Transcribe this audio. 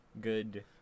good